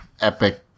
Epic